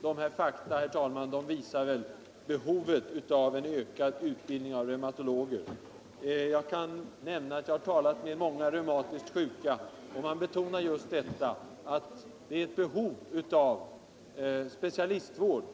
Dessa fakta, herr talman, torde visa behovet av en ökad utbildning av reumatologer. Jag kan i sammanhanget nämna att jag har talat med många reumatiskt sjuka, och de betonar just att det föreligger ett behov av specialistvård.